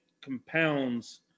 compounds